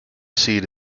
seat